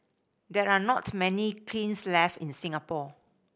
there are not many kilns left in Singapore